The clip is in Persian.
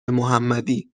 محمدی